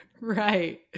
Right